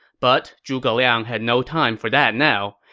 but zhuge liang had no time for that now.